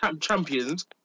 champions